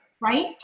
right